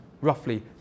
roughly